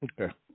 Okay